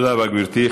תודה רבה, גברתי.